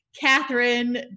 Catherine